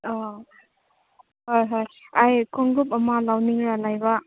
ꯑꯣ ꯍꯣꯏ ꯍꯣꯏ ꯑꯩ ꯈꯣꯡꯎꯞ ꯑꯃ ꯂꯧꯅꯤꯡꯉ ꯂꯩꯕ